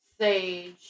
sage